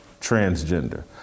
transgender